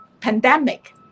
pandemic